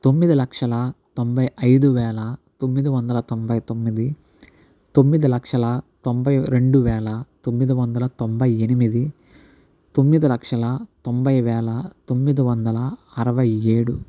తొమ్మిది లక్షల తొంభై ఐదు వేల తొమ్మిది వందల తొంభై తొమ్మిది తొమ్మిది లక్షల తొంభై రెండు వేల తొమ్మిది వందల తొంభై ఎనిమిది తొమ్మిది లక్షల తొంభై వేల తొమ్మిది వందల అరవై ఏడు